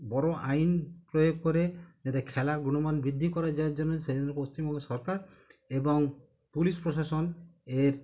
বড় আইন প্রয়োগ করে যাতে খেলার গুণমান বৃদ্ধি করা যাওয়ার জন্য সেই জন্য পশ্চিমবঙ্গ সরকার এবং পুলিশ প্রশাসন এর